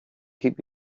keep